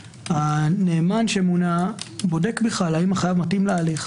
הנאמן שמונה בודק האם החייב בכלל מתאים להליך.